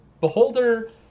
Beholder